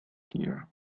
here